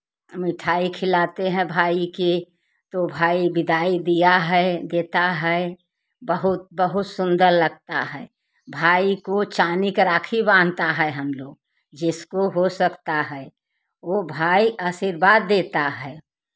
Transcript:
मिठाई खिलाते हैं भाई के तो भाई विदाई दिया है देता है बहुत बहुत सुंदर लगता है भाई को चांदी का राखी बांधता है हम लोग जिसको हो सकता है वो भाई आशीर्वाद देता है